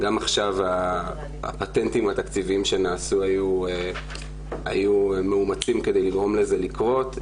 גם עכשיו הפטנטים התקציביים שנעשו היו מאומצים כדי לגרום לזה לקרות.